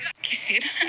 Quisiera